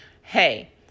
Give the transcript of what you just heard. hey